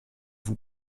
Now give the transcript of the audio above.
vous